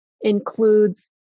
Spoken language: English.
includes